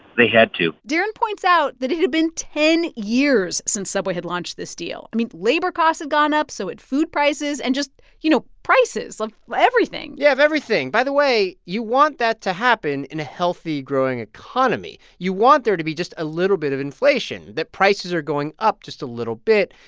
they had to darren points out that it had been ten years since subway had launched this deal. i mean, labor costs had gone up. so did food prices and just, you know, prices of everything yeah, of everything. by the way, you want that to happen in a healthy, growing economy. you want there to be just a little bit of inflation that prices are going up just a little bit.